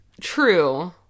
True